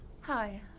Hi